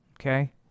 Okay